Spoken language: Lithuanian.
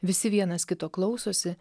visi vienas kito klausosi